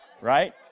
right